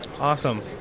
Awesome